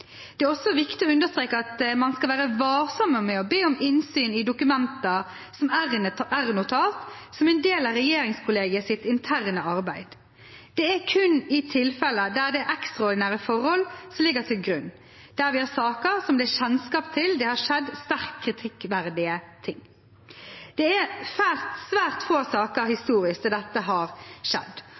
Det er også viktig å understreke at man skal være varsom med å be om innsyn i dokumenter som r-notater, som er en del av regjeringskollegiets interne arbeid. Det er kun i tilfeller der ekstraordinære forhold ligger til grunn, der vi har saker hvor det er kjennskap til at det har skjedd sterkt kritikkverdige ting. Det er svært få saker historisk der dette har skjedd,